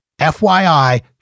FYI